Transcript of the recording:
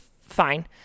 fine